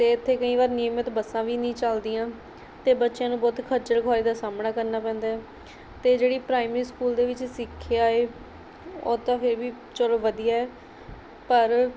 ਅਤੇ ਇੱਥੇ ਕਈ ਵਾਰ ਨਿਯਮਤ ਬੱਸਾਂ ਵੀ ਨਹੀਂ ਚੱਲਦੀਆਂ ਅਤੇ ਬੱਚਿਆਂ ਨੂੰ ਬਹੁਤ ਖੱਜਲ ਖੁਆਰੀ ਦਾ ਸਾਹਮਣਾ ਕਰਨਾ ਪੈਂਦਾ ਅਤੇ ਜਿਹੜੀ ਪ੍ਰਾਇਮਰੀ ਸਕੂਲ ਦੇ ਵਿੱਚ ਸਿੱਖਿਆ ਹੈ ਉਹ ਤਾਂ ਫਿਰ ਵੀ ਚਲੋ ਵਧੀਆ ਹੈ ਪਰ